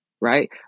right